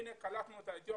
הנה קלטנו את האתיופים,